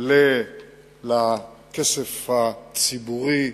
לכסף הציבורי,